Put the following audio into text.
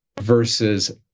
versus